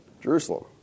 Jerusalem